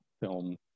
film